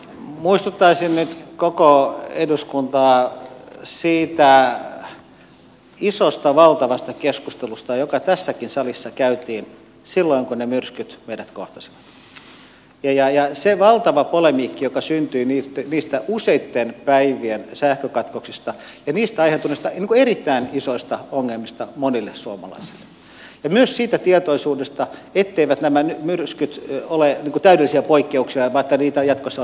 muistuttaisin nyt koko eduskuntaa siitä isosta valtavasta keskustelusta joka tässäkin salissa käytiin silloin kun ne myrskyt meidät kohtasivat ja siitä valtavasta polemiikista joka syntyi niistä useitten päivien sähkökatkoksista ja niistä aiheutuneista erittäin isoista ongelmista monille suomalaisille ja myös siitä tietoisuudesta etteivät nämä myrskyt ole täydellisiä poikkeuksia vaan niitä on jatkossa odotettavissa enemmänkin